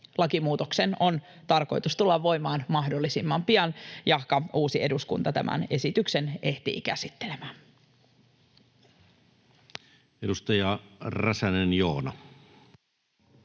Lakimuutoksen on tarkoitus tulla voimaan mahdollisimman pian, jahka uusi eduskunta tämän esityksen ehtii käsittelemään. [Speech